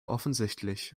offensichtlich